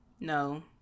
No